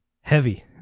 Heavy